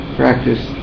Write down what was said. practice